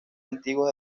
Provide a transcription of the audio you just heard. antiguos